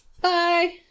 Bye